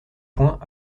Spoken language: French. point